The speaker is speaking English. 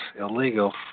illegal